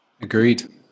Agreed